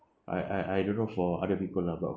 I I I don't know for other people lah but